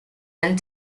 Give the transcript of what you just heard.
and